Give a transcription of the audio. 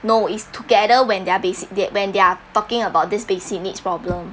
no it's together when their basic when they're talking about this basic needs problem